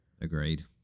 Agreed